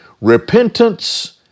Repentance